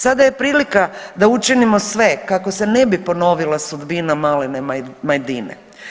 Sada je prilika da učinimo sve kako se ne bi ponovila sudbina malene Majdine.